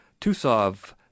Tusov